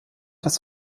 das